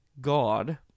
God